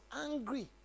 angry